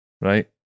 right